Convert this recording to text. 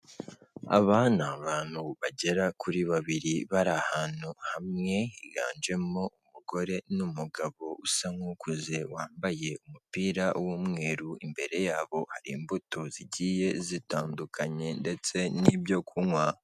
Aba ni abantu bagera kuri babiri bari ahantu hamwe, higanjemo umugore n'umugabo usa nk'ukuze wambaye umupira w'umweru, imbere yabo hari imbuto zigiye zitandukanye ndetse n'ibyo kunywa.